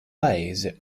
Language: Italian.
paese